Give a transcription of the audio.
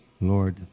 Lord